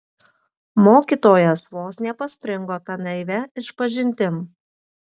mokytojas vos nepaspringo ta naivia išpažintim